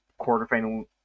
quarterfinal